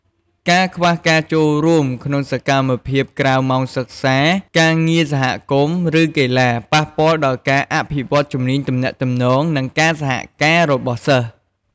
ការខ្វះការចូលរួមក្នុងសកម្មភាពក្រៅម៉ោងសិក្សា ការងារសហគមន៍ ឬកីឡា ប៉ះពាល់ដល់ការអភិវឌ្ឍជំនាញទំនាក់ទំនង និងការសហការរបស់សិស្ស។